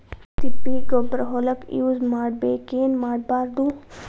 ತಿಪ್ಪಿಗೊಬ್ಬರ ಹೊಲಕ ಯೂಸ್ ಮಾಡಬೇಕೆನ್ ಮಾಡಬಾರದು?